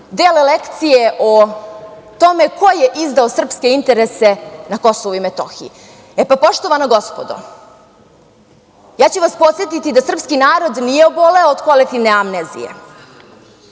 dele lekcije o tome ko je izdao srpske interese na KiM. E, pa, poštovana gospodo, ja ću vas podsetiti da srpski narod nije oboleo od kolektivne amnezije.